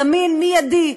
זמין, מיידי.